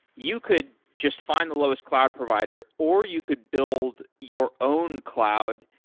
you could just find the lowest cloud provider or you could build your own cloud.